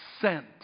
sent